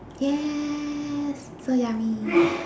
yes so yummy